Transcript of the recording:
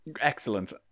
Excellent